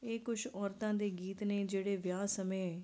ਇਹ ਕੁਛ ਔਰਤਾਂ ਦੇ ਗੀਤ ਨੇ ਜਿਹੜੇ ਵਿਆਹ ਸਮੇਂ